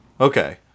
Okay